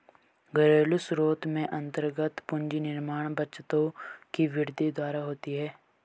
घरेलू स्रोत में अन्तर्गत पूंजी निर्माण बचतों की वृद्धि द्वारा होती है